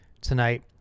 tonight